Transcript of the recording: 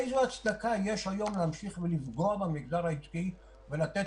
איזו הצדקה יש היום להמשיך ולפגוע במגזר העסקי ולתת